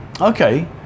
Okay